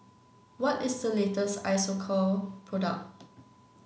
what is the latest Isocal product